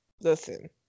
listen